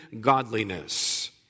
godliness